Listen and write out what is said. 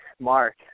mark